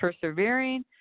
persevering